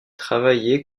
travaillé